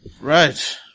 Right